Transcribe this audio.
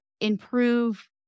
improve